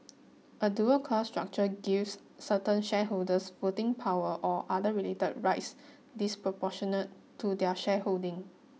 a dual class structure gives certain shareholders voting power or other related rights disproportionate to their shareholding